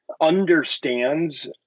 understands